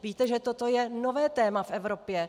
Víte, že toto je nové téma v Evropě.